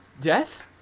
Death